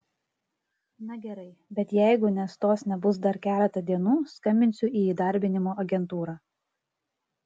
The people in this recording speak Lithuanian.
na gerai bet jeigu nestos nebus dar keletą dienų skambinsiu į įdarbinimo agentūrą